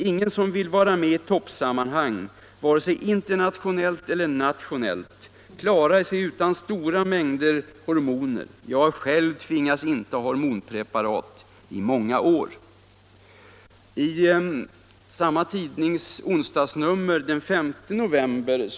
Ingen som vill vara med i toppsammanhang, vare sig internationellt eller nationellt, klarar sig utan stora mängder hormoner. Jag har själv tvingats inta hormonpreparat i många år!” Jag fortsätter att citera i samma tidnings onsdagsnummer, den 5 november.